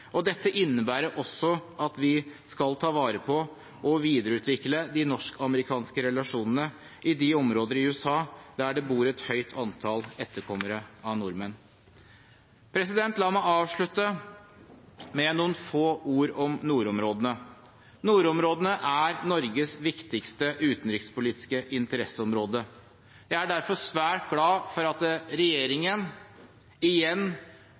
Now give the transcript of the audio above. felt. Dette innebærer også at vi skal ta vare på og videreutvikle de norsk-amerikanske relasjonene i de områder i USA der det bor et høyt antall etterkommere av nordmenn. La meg avslutte med noen få ord om nordområdene. Nordområdene er Norges viktigste utenrikspolitiske interesseområde. Jeg er derfor svært glad for at regjeringen igjen